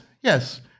yes